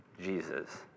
Jesus